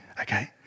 Okay